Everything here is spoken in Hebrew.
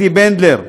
אתי בנדלר,